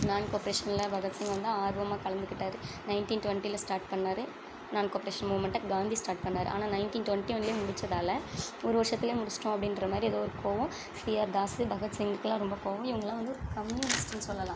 நான் கோப்ரேஷன்ல பகத்சிங் வந்து ஆர்வமாக கலந்துக்கிட்டார் நைன்ட்டீன் டொன்ட்டில ஸ்டார்ட் பண்ணார் நான் கோப்ரேஷன் மூமெண்டை காந்தி ஸ்டார்ட் பண்ணார் ஆனால் நைன்ட்டீன் டொன்ட்டி ஒன்லயே முடிச்சதால் ஒரு வருஷத்தில் முடிச்சுட்டோம் அப்படின்ற மாதிரி ஏதோ ஒரு கோவம் சிஆர் தாசு பகத்சிங்குக்கெலாம் ரொம்ப கோவம் இவங்கள்லாம் வந்து கம்யூனிஸ்ட்டுன்னு சொல்லலாம்